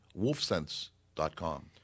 wolfsense.com